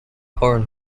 horn